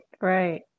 Right